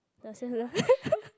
doesn't ah